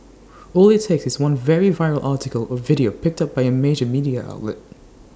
all IT takes is one very viral article or video picked up by A major media outlet